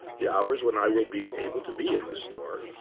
the hours when i will be able to be in the store,